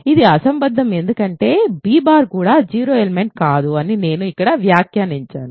ఇది అసంబద్ధం ఎందుకంటే b బార్ కూడా 0 ఎలిమెంట్ కాదుఅని నేను ఇక్కడ వ్యాఖ్యానించాను